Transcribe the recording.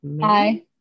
hi